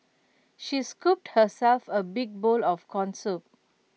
she scooped herself A big bowl of Corn Soup